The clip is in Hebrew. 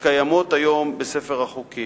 שקיימות היום בספר החוקים?